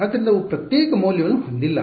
ಆದ್ದರಿಂದ ಅವು ಪ್ರತ್ಯೇಕ ಮೌಲ್ಯವನ್ನು ಹೊಂದಿಲ್ಲ